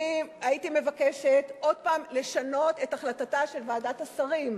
אני הייתי מבקשת עוד הפעם לשנות את החלטתה של ועדת השרים.